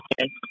okay